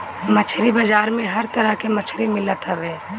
मछरी बाजार में हर तरह के मछरी मिलत हवे